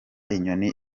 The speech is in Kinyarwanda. inyoni